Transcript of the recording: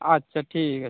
আচ্ছা ঠিক আছে